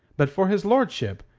but for his lordship,